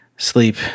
Sleep